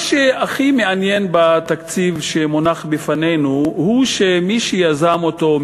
מה שהכי מעניין בתקציב שמונח בפנינו הוא שמי שיזם אותו,